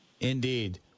indeed